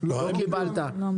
לא.